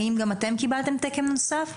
האם גם אתם קיבלתם תקן נוסף?